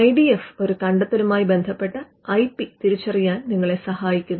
I D F ഒരു കണ്ടെത്തലുമായി ബന്ധപ്പെട്ട ഐ പി തിരിച്ചറിയാൻ നിങ്ങളെ സഹായിക്കുന്നു